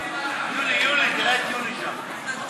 הצעת חוק המועצה להשכלה גבוהה (תיקון,